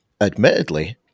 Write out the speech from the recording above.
admittedly